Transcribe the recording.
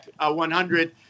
100